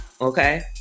okay